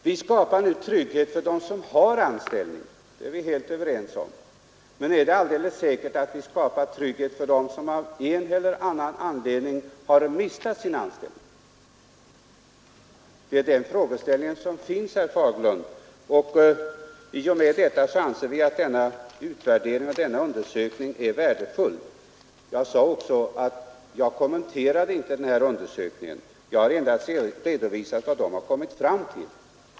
Vi skapar nu trygghet för dem som har anställning, det är vi helt överens om, men är det alldeles säkert att vi skapar trygghet för dem som av en eller annan anledning har mistat sina anställningar? Det är den frågeställningen som finns, herr Fagerlund. Av den anledningen anser jag att den utvärdering och undersökning som vi begärt är värdefull. Jag kommenterade inte Göteborgsundersökningen, jag redovisade bara vad den har kommit fram till.